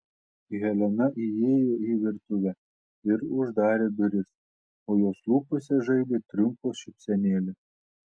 helena įėjo į virtuvę ir uždarė duris o jos lūpose žaidė triumfo šypsenėlė